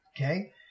Okay